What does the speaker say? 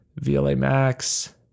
VLA-max